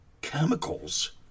chemicals